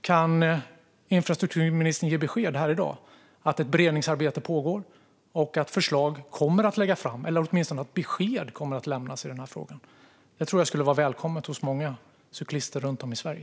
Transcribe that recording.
Kan infrastrukturministern ge besked här i dag om att ett beredningsarbete pågår och om att förslag kommer att läggas fram, eller åtminstone om att besked kommer att lämnas i denna fråga? Det tror jag skulle vara välkommet hos många cyklister runt om i Sverige.